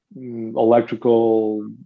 electrical